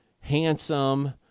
handsome